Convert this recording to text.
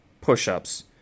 push-ups